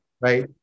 Right